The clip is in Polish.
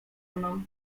mną